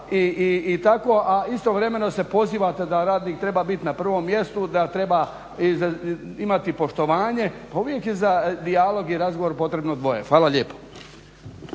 i tako a istovremeno se pozivate da radnik treba biti na prvom mjestu, da treba imati poštovanje, pa uvijek je za dijalog i razlog potrebno dvoje. Hvala lijepo.